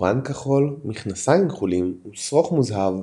מקטורן כחול, מכנסיים כחולים, ושרוך מוזהב,